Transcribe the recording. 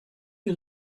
you